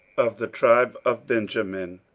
of the tribe of benjamin,